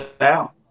out